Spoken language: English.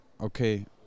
okay